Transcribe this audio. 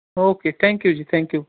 okay thank you ਜੀ thank you